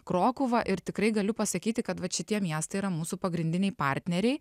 krokuva ir tikrai galiu pasakyti kad vat šitie miestai yra mūsų pagrindiniai partneriai